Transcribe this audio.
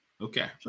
Okay